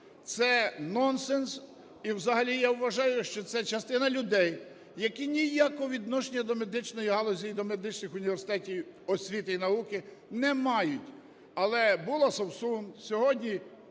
Це нонсенс, і взагалі я вважаю, що це частина людей, які ніякого відношення до медичної галузі і до медичних університетів, освіти і науки не мають. Але була Совсун, сьогодні